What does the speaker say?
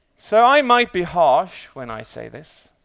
so, i might be harsh when i say this,